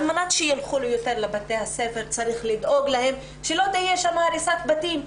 על מנת שילכו יותר לבתי הספר צריך לדאוג שלא תהיה שם הריסת בתים,